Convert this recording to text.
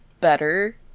better